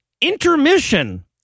intermission